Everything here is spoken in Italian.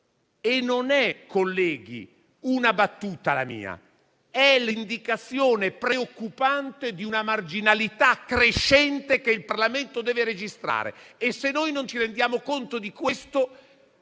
non è una battuta, ma l'indicazione preoccupante di una marginalità crescente, che il Parlamento deve registrare. Se non ci rendiamo conto di questo,